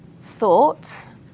thoughts